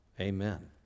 Amen